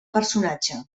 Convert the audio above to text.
personatge